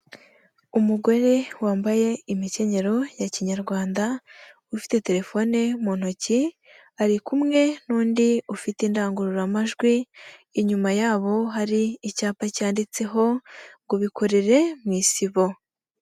Umugore wambaye imikenyero ya kinyarwanda, ufite telefone mu ntoki, ari kumwe n'undi ufite indangururamajwi, inyuma yabo hari icyapa cyanditseho ngo bikorere mu isibo.